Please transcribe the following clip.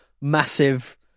massive